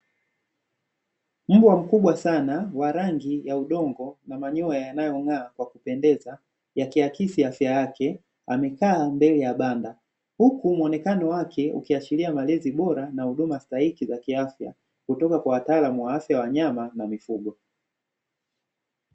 Mbwa mkubwa sana, wa rangi ya udongo na manyoya yanayong'aa kwa kupendeza yakiakisi afya yake. Amekaa mbele ya banda, huku mwonekano wake ukiashiria malezi bora na huduma stahiki za kiafya kutoka kwa wataalamu wa afya ya wanyama na mifugo.